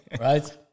Right